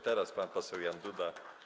Teraz pan poseł Jan Duda.